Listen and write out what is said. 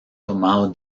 tomado